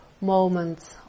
moments